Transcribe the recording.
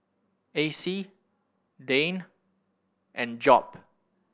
Acey Dayne and Job